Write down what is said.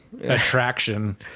attraction